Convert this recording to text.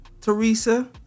Teresa